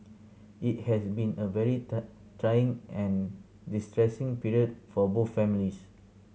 it has been a very trying and distressing period for both families